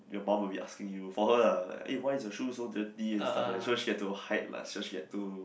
your mum will be asking you for her ah eh why your shoes so dirty and stuff like that so she had to hide lah she had to